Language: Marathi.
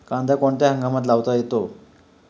कांदा कोणत्या हंगामात लावता येतो?